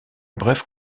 bref